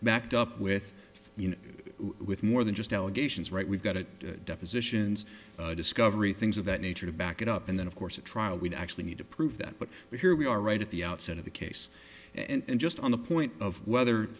backed up with with more than just allegations right we've got it depositions discovery things of that nature to back it up and then of course a trial would actually need to prove that but here we are right at the outset of the case and just on the point of whether